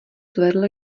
zvedl